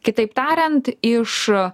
kitaip tariant iš